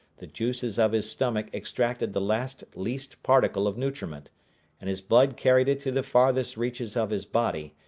the juices of his stomach extracted the last least particle of nutriment and his blood carried it to the farthest reaches of his body,